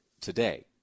today